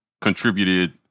contributed